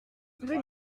rue